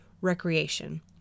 recreation